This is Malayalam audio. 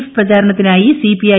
എഫ് പ്രചാരണത്തിനായി സിപിഐ